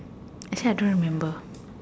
that I don't remember